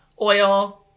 oil